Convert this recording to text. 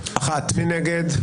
מי נגד?